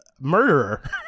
murderer